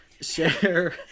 share